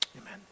Amen